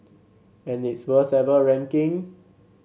and its worst ever ranking